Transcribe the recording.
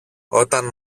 όταν